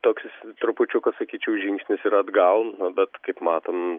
toks trupučiuką sakyčiau žingsnis ir atgal bet kaip matom